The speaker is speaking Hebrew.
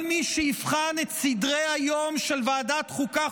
כל מי שיבחן את סדרי-היום של ועדת החוקה,